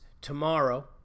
tomorrow